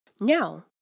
now